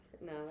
No